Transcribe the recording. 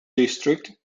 district